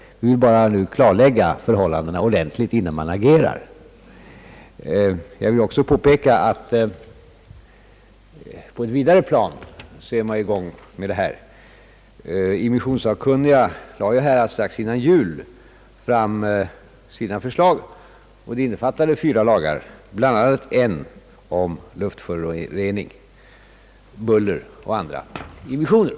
Vi bör bara nu klarlägga förhållandena ordentligt innan vi agerar. Jag vill också påpeka att man satt i gång med detta på ett vidare plan. Immissionssakkunniga lade ju strax före jul fram sina förslag som innefattade fyra lagar, bl.a. en om luftförorening, buller och andra immisioner.